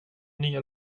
nya